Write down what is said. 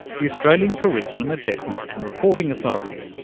the australian curriculum assessment and reporting authority.